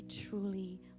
truly